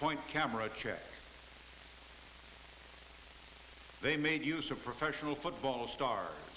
point camera chats they made use of professional football star